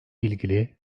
ilgili